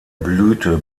blüte